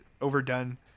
overdone